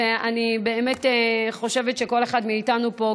אני באמת חושבת שכל אחד מאיתנו פה,